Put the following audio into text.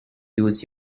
use